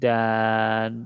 Dan